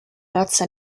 razza